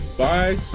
bye.